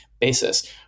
basis